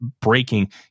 breaking